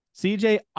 cj